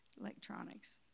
Electronics